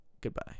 Goodbye